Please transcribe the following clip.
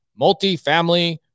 multifamily